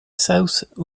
south